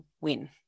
win